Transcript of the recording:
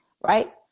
right